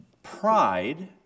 Pride